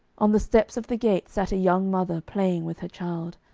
on the steps of the gate sat a young mother playing with her child.